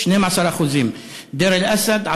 12%; דיר-אל-אסד,